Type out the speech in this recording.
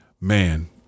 man